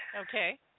Okay